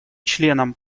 членам